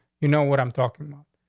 you know what i'm talking about?